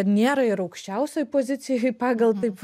nėra ir aukščiausioj pozicijoj pagal taip